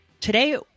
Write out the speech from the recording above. Today